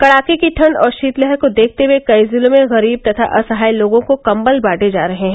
कडाके की ठंड और शीतलहर को देखते हये कई जिलों में गरीब तथा असहाय लोगों को कम्बल बांटे जा रहे हैं